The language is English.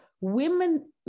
women